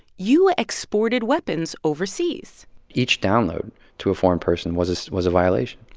you exported weapons overseas each download to a foreign person was was a violation.